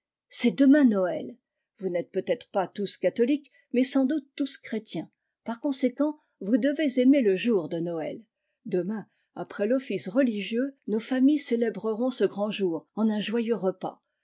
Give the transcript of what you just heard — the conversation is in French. c'est demain noël vous n'êtes peut-être pas tous catholiques mais sans doute tous chrétiens par conséquent vous devezaimerlejourde noël demain après l'office religieux nos familles célébreront ce grand jour en unjoyeux repas